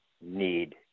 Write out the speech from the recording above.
need